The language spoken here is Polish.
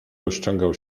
rozciągał